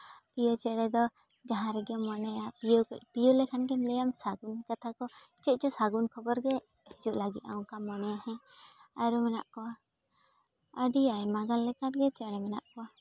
ᱯᱤᱭᱳ ᱪᱮᱬᱮ ᱫᱚ ᱡᱟᱦᱟᱸᱨᱮᱜᱮᱢ ᱢᱚᱱᱮᱭᱟ ᱯᱤᱭᱳ ᱯᱤᱭᱳ ᱞᱮᱠᱷᱟᱱ ᱜᱮᱢ ᱞᱟᱹᱭᱟ ᱥᱟᱹᱜᱩᱱ ᱠᱟᱛᱷᱟ ᱠᱚ ᱪᱮᱫ ᱪᱚ ᱥᱟᱹᱜᱩᱱ ᱠᱷᱚᱵᱚᱨ ᱜᱮ ᱦᱤᱡᱩᱜ ᱞᱟᱹᱜᱤᱫᱼᱟ ᱚᱱᱠᱟᱢ ᱢᱚᱱᱮᱭᱟ ᱟᱨ ᱢᱮᱱᱟᱜ ᱠᱚᱣᱟ ᱟᱹᱰᱤ ᱟᱭᱢᱟ ᱜᱟᱱ ᱞᱮᱠᱟᱜᱮ ᱪᱮᱬᱮ ᱢᱮᱱᱟᱜ ᱠᱚᱣᱟ